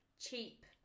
cheap